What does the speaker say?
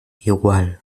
igual